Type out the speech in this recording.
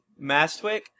Mastwick